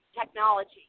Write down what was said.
technology